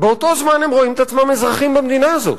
באותו זמן הם רואים את עצמם אזרחים במדינה הזאת,